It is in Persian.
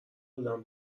آدم